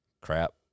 crap